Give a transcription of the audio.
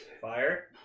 Fire